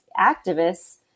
activists